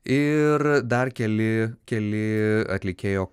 ir dar keli keli atlikėjo